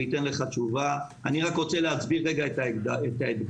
אני רק רוצה להסביר את האתגר.